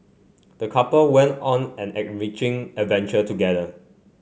the couple went on an enriching adventure together